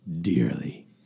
dearly